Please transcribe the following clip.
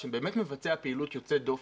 שמבצע פעילות יוצאת דופן.